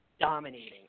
dominating